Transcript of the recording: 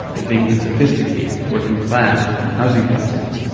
as being unsophisticated, working-class or from housing projects,